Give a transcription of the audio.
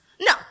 No